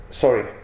sorry